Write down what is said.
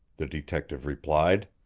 the detective replied.